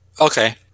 Okay